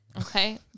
Okay